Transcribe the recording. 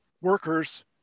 workers